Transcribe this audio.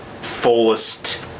fullest